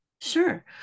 Sure